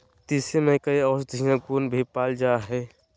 तीसी में कई औषधीय गुण भी पाल जाय हइ